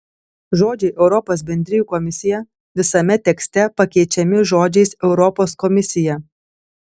žodžiai europos bendrijų komisija visame tekste pakeičiami žodžiais europos komisija